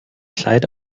kleid